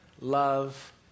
love